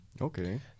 Okay